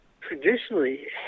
traditionally